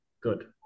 good